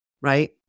Right